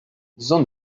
zone